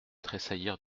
tressaillir